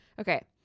Okay